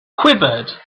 quivered